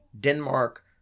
Denmark